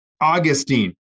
Augustine